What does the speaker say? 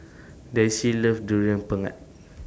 Daisye loves Durian Pengat